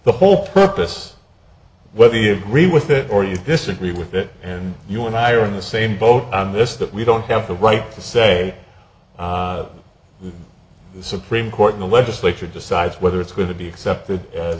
the whole purpose whether you agree with it or you disagree with it and you and i are in the same boat on this that we don't have the right to say that the supreme court the legislature decides whether it's going to be accepted